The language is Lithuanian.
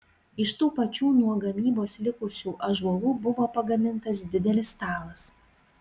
iš tų pačių nuo gamybos likusių ąžuolų buvo pagamintas didelis stalas